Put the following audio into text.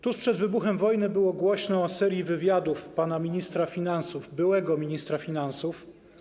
Tuż przed wybuchem wojny było głośno o serii wywiadów pana ministra finansów, byłego ministra finansów.